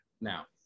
now